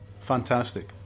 Fantastic